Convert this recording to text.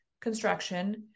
construction